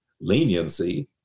leniency